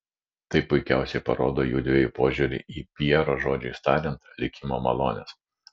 tai puikiausiai parodo jųdviejų požiūrį į pjero žodžiais tariant likimo malones